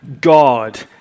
God